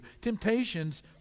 Temptations